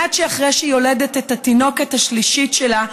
מייד אחרי שהיא יולדת את התינוקת השלישית שלה,